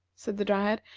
said the dryad.